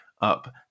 up